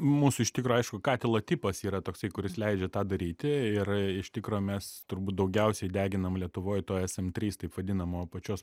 mūsų iš tikro aišku katilo tipas yra toksai kuris leidžia tą daryti ir iš tikro mes turbūt daugiausiai deginam lietuvoj to es em trys taip vadinamo pačios